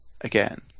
Again